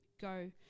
go